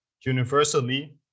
universally